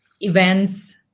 events